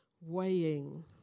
weighing